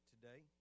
today